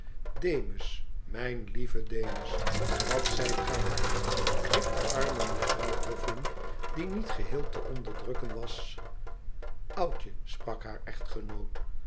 demus mijn lieve lieve demusl wat zijt gij hard riep de arme mevrouw boffin die niet geheel te onderdrukken was oudje sprak haar echtgenoot